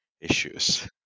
issues